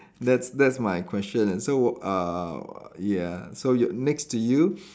that's that's my question so uh ya so y~ next to you